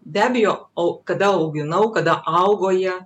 be abejo o kada auginau kada augo jie